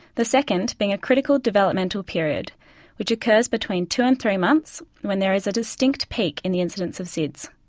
the second being a critical developmental period which occurs between two and three months when there is a distinct peak in the incidence of sids,